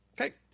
Okay